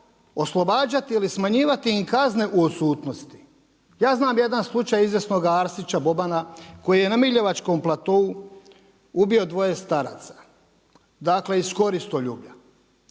oslobađati ili smanjivati im kazne u odsutnosti? Ja znam jedan slučaj izvjesnoga Arsića Bobana koji je na Miljevačkom platou ubio dvoje staraca iz koristoljublja.